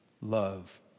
love